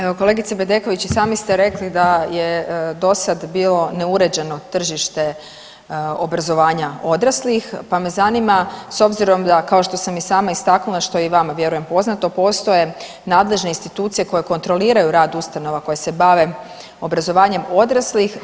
Evo kolegice Bedeković i sami ste rekli da je do sada bilo neuređeno tržište obrazovanja odraslih, pa me zanima s obzirom da kao što sam i sama istaknula što je i vama vjerujem poznato postoje nadležne institucije koje kontroliraju rad ustanova koje se bave obrazovanjem odraslih.